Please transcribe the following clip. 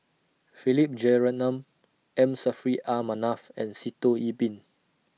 Philip Jeyaretnam M Saffri A Manaf and Sitoh Yih Pin